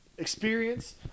Experience